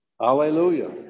Hallelujah